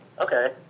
Okay